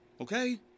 okay